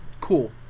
cool